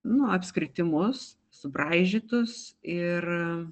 nu apskritimus subraižytus ir